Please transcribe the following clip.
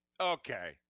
Okay